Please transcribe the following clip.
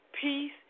peace